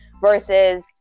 versus